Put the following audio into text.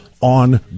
on